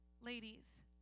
Ladies